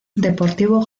deportivo